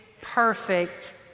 perfect